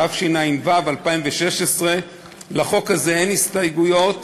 התשע"ו 2016. לחוק הזה אין הסתייגויות,